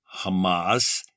Hamas